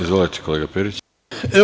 Izvolite, kolega Periću.